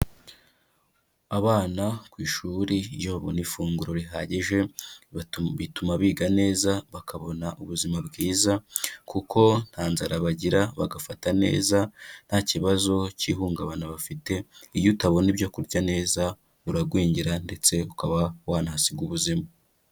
Abana ku ishuri iyo babona ifunguro rihagije bituma biga neza, bakabona ubuzima bwiza kuko nta nzara bagira, bagafata neza nta kibazo cy'ihungabana bafite, iyo utabona ibyo kurya neza uragwingira ndetse ukaba wanahasiga ubuzima.